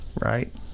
right